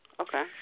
Okay